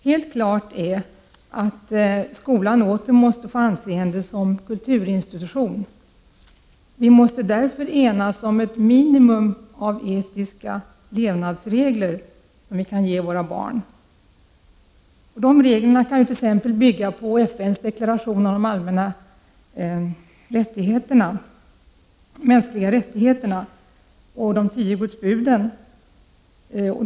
Skolan måste självfallet åter få anseende som kulturinstitution. Vi måste enas om ett minimum av etiska levnadsregler som vi kan ge våra barn. Reglerna kan t.ex. bygga på FN:s deklaration om de mänskliga rättigheterna och på de tio Gudsbuden.